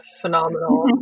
phenomenal